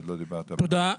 תודה.